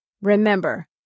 remember